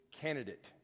candidate